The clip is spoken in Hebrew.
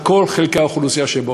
על כל חלקי האוכלוסייה שבו.